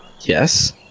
Yes